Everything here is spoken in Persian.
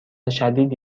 شدیدی